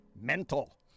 mental